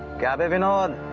but going on